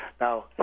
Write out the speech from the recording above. Now